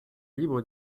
libre